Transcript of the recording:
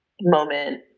moment